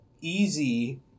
easy